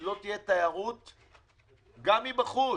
גם מבחוץ,